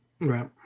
Right